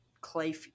Clay